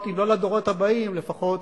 אם לא לדורות הבאים, לפחות